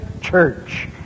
church